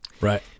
Right